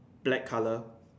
black color